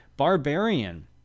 Barbarian